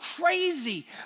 crazy